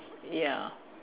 ya